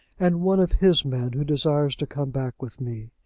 and one of his men who desires to come back with me.